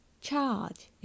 Charge